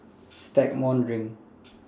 Stagmont Ring